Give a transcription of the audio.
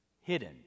hidden